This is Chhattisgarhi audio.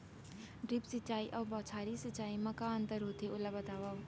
ड्रिप सिंचाई अऊ बौछारी सिंचाई मा का अंतर होथे, ओला बतावव?